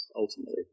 ultimately